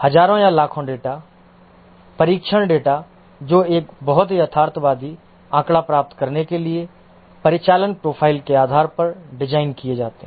हजारों या लाखों डेटा परीक्षण डेटा जो एक बहुत यथार्थवादी आंकड़ा प्राप्त करने के लिए परिचालन प्रोफ़ाइल के आधार पर डिज़ाइन किए गए हैं